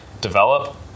develop